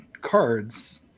cards